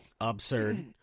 Absurd